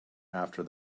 after